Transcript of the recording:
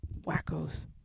wackos